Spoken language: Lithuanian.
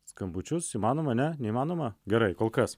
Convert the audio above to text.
skambučius įmanoma ne neįmanoma gerai kol kas